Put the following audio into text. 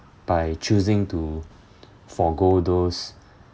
by choosing to forgo those